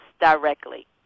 directly